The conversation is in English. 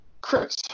Chris